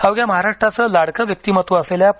अवघ्या महाराष्ट्राचं लाडकं व्यक्तिमत्त्व असलेल्या पु